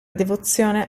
devozione